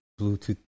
Bluetooth